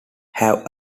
have